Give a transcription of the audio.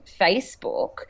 Facebook